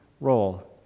role